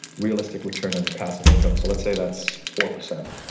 realistic return on your passive income. so let's say that's four percent.